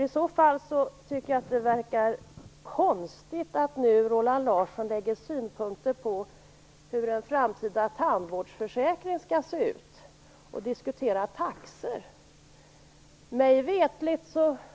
I så fall tycker jag att det verkar konstigt att Roland Larsson nu har synpunkter på hur den framtida tandvårdsförsäkringen skall se ut och diskuterar taxor. Mig veterligt